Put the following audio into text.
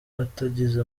atagize